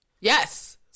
Yes